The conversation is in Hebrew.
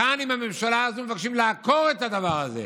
כאן, עם הממשלה הזאת, מבקשים לעקור את הדבר הזה.